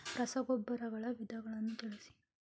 ರಸಗೊಬ್ಬರಗಳ ವಿಧಗಳನ್ನು ತಿಳಿಸಿ?